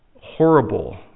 horrible